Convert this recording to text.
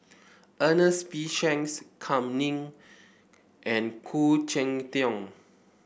Ernest P Shanks Kam Ning and Khoo Cheng Tiong